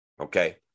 okay